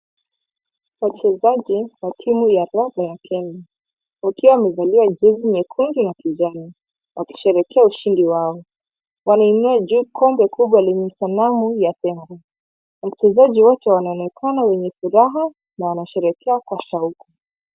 Wachezaji wa timu ya raga ya Kenya wakiwa Mavalia jezi nyekundu na kijani wakisherehekea ushindi wao, wanainua juu kombe lenye sanamu ya Kenya, wachezaji wate wanaonekana wana furaha na wanasherehekea kwa shauku.